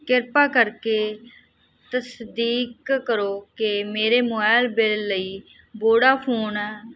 ਕਿਰਪਾ ਕਰਕੇ ਤਸਦੀਕ ਕਰੋ ਕਿ ਮੇਰੇ ਮੋਬਾਇਲ ਬਿੱਲ ਲਈ ਵੋਡਾਫੋਨ